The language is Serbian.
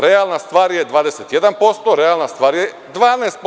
Realna stvar je 21%, realna stvar je 12%